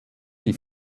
die